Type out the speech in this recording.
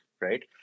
Right